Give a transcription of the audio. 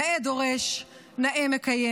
נאה דורש נאה מקיים.